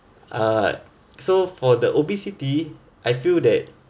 uh so for the obesity I feel that